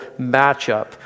matchup